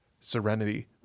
serenity